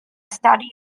study